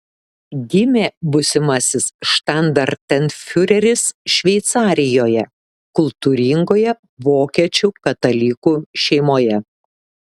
gimė būsimasis štandartenfiureris šveicarijoje kultūringoje vokiečių katalikų šeimoje